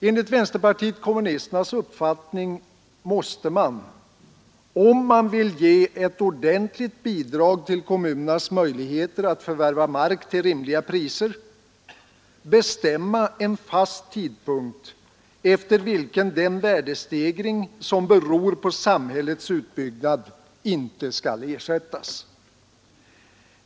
Enligt vpk:s uppfattning måste man — om man vill ge ett ordentligt bidrag till kommunernas möjligheter att förvärva mark till rimliga priser — bestämma en fast tidpunkt, efter vilken den värdestegring som beror på samhällets utbyggnad inte skall ersättas.